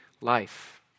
life